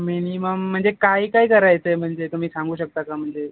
minimum म्हणजे काय काय करायचं आहे म्हणजे तुम्ही सांगू शकता का म्हणजे